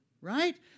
right